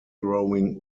throwing